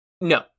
No